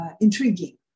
intriguing